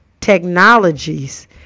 technologies